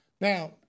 Now